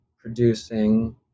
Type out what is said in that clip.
producing